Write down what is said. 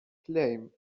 claim